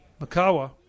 Makawa